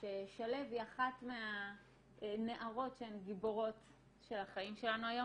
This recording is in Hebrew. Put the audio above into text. ששלו היא אחת מהנערות שהן גיבורות של החיים שלנו היום